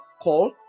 call